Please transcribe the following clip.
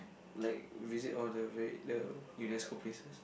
like visit all the very the UNESCO places